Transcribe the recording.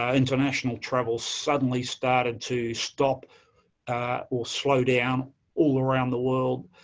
ah international travel suddenly started to stop or slow down all around the world.